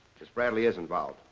because bradley is involved.